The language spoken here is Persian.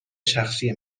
شخصی